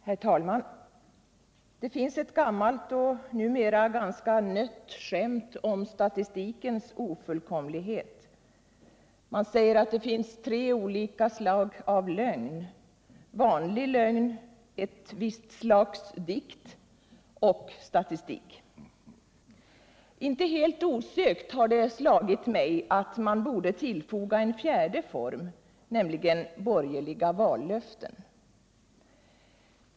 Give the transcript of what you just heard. Herr talman! Det finns ett gammalt och numera ganska nött skämt om statistikens ofullkomlighet. Man säger att det finns tre olika stag av lögn: vanlig lögn, et visst slags dikt och statistik. Helt osökt har det slagit mig att man borde tillfoga en fjärde form, nämligen borgerliga vallöften.